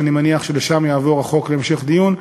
שאני מניח שלשם יעבור החוק להמשך דיון,